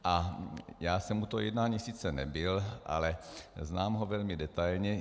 A já jsem u toho jednání sice nebyl, ale znám ho velmi detailně.